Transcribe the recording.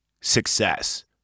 success